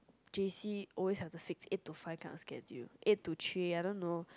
j_c always have the six eight to five kind of schedule eight to three I don't know